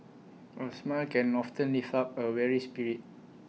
A smile can often lift up A weary spirit